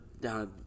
down